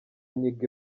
nyigo